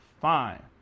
fine